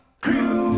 Crew